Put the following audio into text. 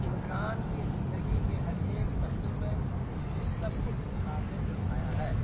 انسان کی زندگی کے ہر ایک پہلو میں اس کو سب کچھ اسلام نے سکھایا ہے